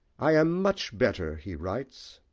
i am much better, he writes,